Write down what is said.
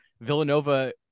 Villanova